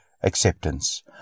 acceptance